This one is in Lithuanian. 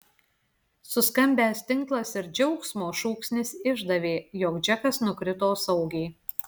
suskambęs tinklas ir džiaugsmo šūksnis išdavė jog džekas nukrito saugiai